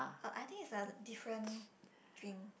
uh I think it's a different drink